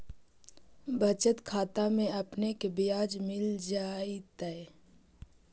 बचत खाता में आपने के ब्याज मिल जाएत